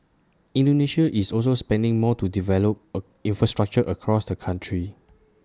Indonesia is also spending more to develop infrastructure across the country